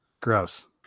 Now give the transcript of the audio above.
gross